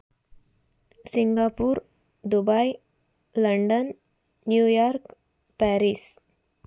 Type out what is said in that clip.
Singapore Dubai London New York Paris